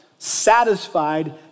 satisfied